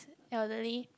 elderly